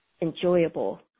enjoyable